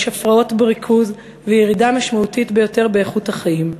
יש הפרעות בריכוז וירידה משמעותית ביותר באיכות החיים.